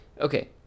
Okay